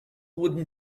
wooden